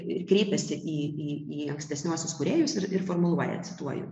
kreipiasi į į į ankstesniuosius kūrėjus ir formuluoja cituoju